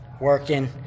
working